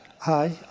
Hi